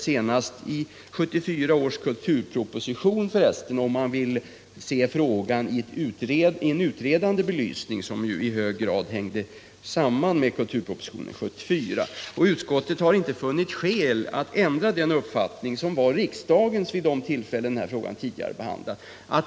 Detta skedde så sent som i 1977 års proposition, där frågans utredande karaktär belystes och som i hög grad hängde samman med kulturpropositionen från 1974. Jag har inte funnit skäl att ändra min uppfattning i den här frågan, den uppfattning som också var riksdagens vid det tillfälle den tidigare behandlades.